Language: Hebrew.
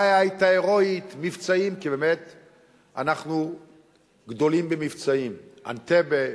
אנחנו גדולים במבצעים: אנטבה,